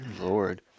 lord